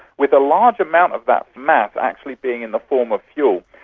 with a large amount of that mass actually being in the form of fuel.